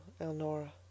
Elnora